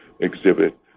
exhibit